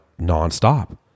nonstop